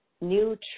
new